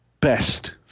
best